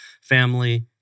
family